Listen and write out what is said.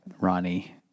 Ronnie